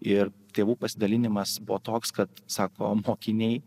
ir tėvų pasidalinimas buvo toks kad sako mokiniai